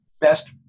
best